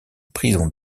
prison